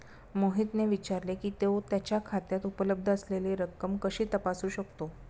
मोहितने विचारले की, तो त्याच्या खात्यात उपलब्ध असलेली रक्कम कशी तपासू शकतो?